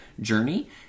journey